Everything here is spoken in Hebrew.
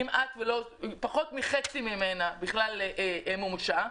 פחות מחצי ממנה בכלל מומשה.